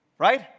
right